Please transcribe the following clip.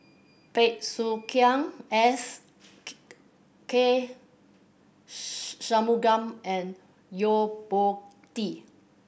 Bey Soo Khiang S K Shanmugam and Yo Po Tee